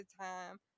time